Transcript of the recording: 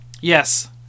Yes